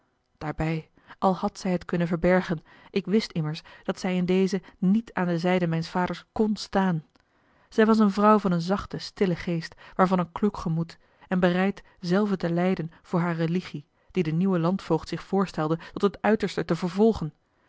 daarbij al had zij het kunnen verbergen ik wist immers dat zij in dezen niet aan de zijde mijns vaders kon staan zij was eene vrouw van een zachten stillen geest maar van een kloek gemoed en bereid zelve te lijden voor hare religie die de nieuwe landvoogd zich voorstelde tot het uiterste te vervolgen